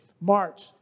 March